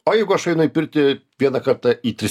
o jeigu aš einu į pirtį vieną kartą į tris